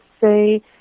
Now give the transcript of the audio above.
say